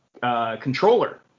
Controller